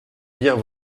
bien